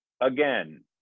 again